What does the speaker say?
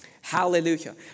Hallelujah